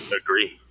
agree